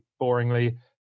boringly